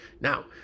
Now